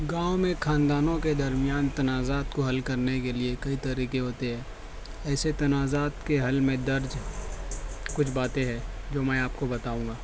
گاؤں میں خاندانوں کے درمیان تنازعات کو حل کرنے کے لئے کئی طریقے ہوتے ہیں ایسے تنازعات کے حل میں درج کچھ باتیں ہیں جو میں آپ کو بتاؤں گا